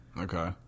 Okay